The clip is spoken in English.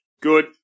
Good